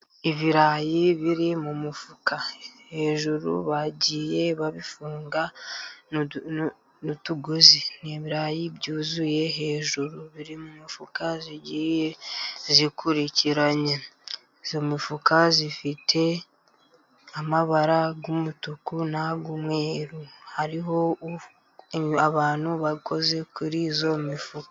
Ibirayi biri mu mufuka, hejuru bagiye babifunga n'utugozi. Ni ibirayi byuzuye hejuru biri mu mifuka igiye ikurikiranye. Iyo mifuka ifite amabara y'umutuku n'umweru, hariho abantu bakoze kuri iyo mifuka.